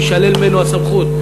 תישלל ממנו הסמכות.